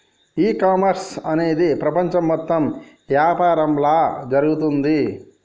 ఈ కామర్స్ అనేది ప్రపంచం మొత్తం యాపారంలా జరుగుతోంది